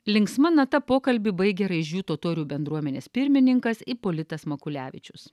linksma nata pokalbį baigia raižių totorių bendruomenės pirmininkas ipolitas makulevičius